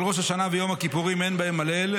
אבל ראש השנה ויום הכיפורים אין בהם הלל,